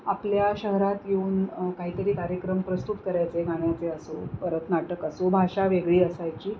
आपल्या शहरात येऊन काहीतरी कार्यक्रम प्रस्तुत करायचे गाण्याचे असो परत नाटक असो भाषा वेगळी असायची